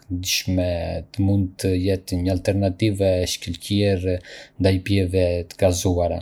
këndshme dhe mund të jetë një alternativë e shkëlqyer ndaj pijeve të gazuara.